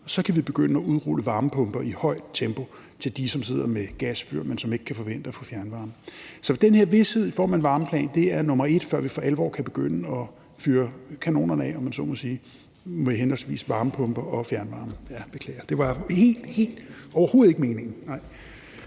så kan vi begynde at udrulle varmepumper i højt tempo til dem, som sidder med gasfyr, men som ikke kan forvente at få fjernvarme. Så den her vished i form af en varmeplan er nummer et, før vi for alvor kan begynde at fyre kanonerne af, om man så må sige, med henholdsvis varmepumper og fjernvarme. Tiden gik. Jeg beklager. Det var overhovedet ikke meningen.